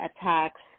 attacks